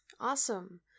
awesome